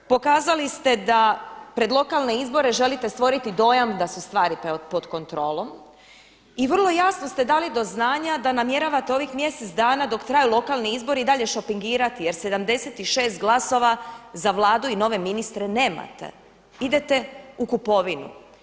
Pokazali ste da pred lokalne izbore želite stvoriti dojam da su stvari pod kontrolom i vrlo jasno ste dali do znanja da namjeravate ovih mjesec dana dok traju lokalni izbori i dalje šopingirati jer 76 glasova za Vladu i nove ministre nemate, idete u kupovinu.